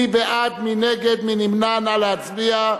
מי בעד, מי נגד, מי נמנע, נא להצביע.